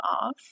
off